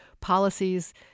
policies